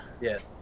Yes